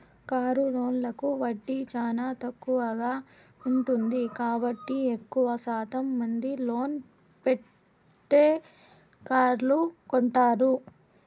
car లోన్లకు వడ్డీ చానా తక్కువగా ఉంటుంది కాబట్టి ఎక్కువ శాతం మంది లోన్ పెట్టే కార్లు కొంటారు